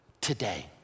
today